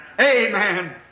Amen